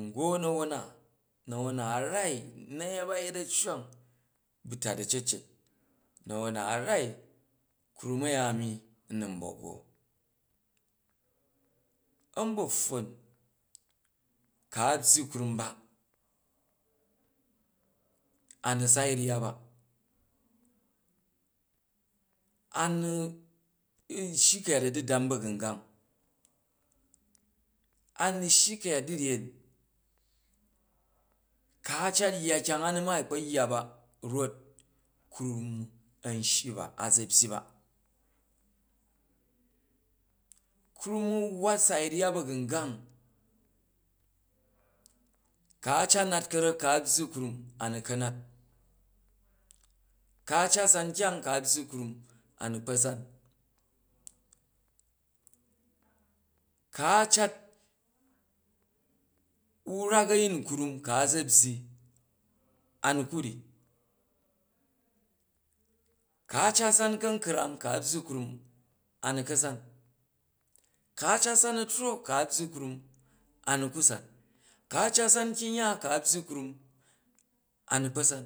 n goo na̱won na na̱won na a̱ rai, nyai ba ye a̱cembang ba̱ tat a̱cecet, na̱won na a rai, krum aya am n nun ba go. Ambapffon kwa byyi krum ba anu sai ryya ba, a nu shyi kayat adudam bagungang, a nu shyi kaya dwuyen ku a cat yya kyang a nu maai u kpa yya ba rot krum an shyi ba, a za byyi ba, krum a nu waat sai ryya bagungang, ku a cat nat karak, ku a byyi krum anu ka nat, ku a cat san kyang ku a byyi krum a nu kpa san ku a cat wrak ayim krum, ku a za byyo a nu ku ryyi, ku a cat san kankrang, ku a byyi, krum a nu ka san, ku a cati san atro ku a byyi, krum a nu ku san, ku a cat sam kyung ya ku a byyi kran a nu kpa san.